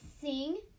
sing